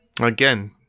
Again